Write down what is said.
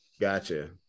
Gotcha